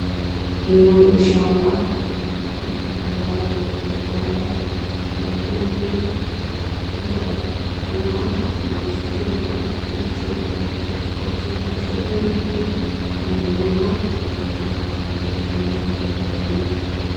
Hili ni shamba ambalo lina migomba, mahindi pia miwa iliyozingirwa na miti aina tofauti tofauti. Kuna sehemu pia ilio limwa na kuna nyengine haijapaliliwa.